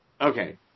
Okay